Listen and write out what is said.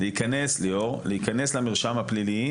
ליאור, להיכנס למרשם הפלילי